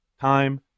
time